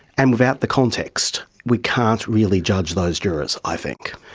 and without the context we can't really judge those jurors, i think.